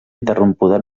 interrompuda